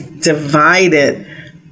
divided